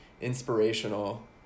inspirational